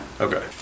Okay